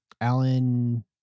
Alan